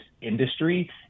industry